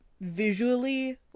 visually